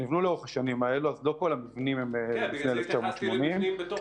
לא התקיים משלל